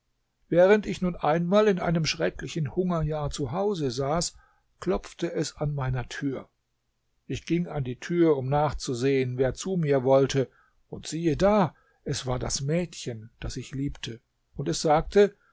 während ich nun einmal in einem schrecklichen hungerjahr zu hause saß klopfte es an meiner tür ich ging an die tür um nachzusehen wer zu mir wollte und siehe da es war das mädchen das ich liebte und es sagte